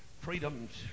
freedoms